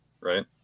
Right